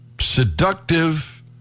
seductive